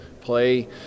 play